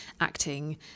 acting